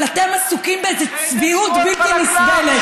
אבל אתם עסוקים באיזו צביעות בלתי נסבלת.